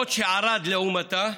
ערד, לעומתה,